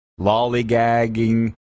Lollygagging